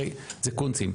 הי הרי זה קונצים.